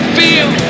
feel